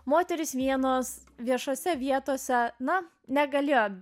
moterys vienos viešose vietose na negali